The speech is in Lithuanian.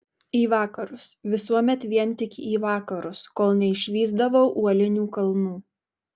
į vakarus visuomet vien tik į vakarus kol neišvysdavau uolinių kalnų